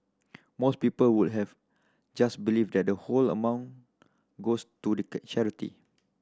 most people would have just believed that the whole amount goes to the charity